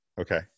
Okay